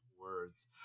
words